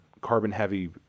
carbon-heavy